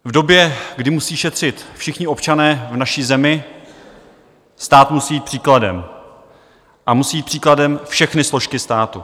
V době, kdy musí šetřit všichni občané v naší zemi, stát musí jít příkladem a musí jít příkladem všechny složky státu.